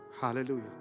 Hallelujah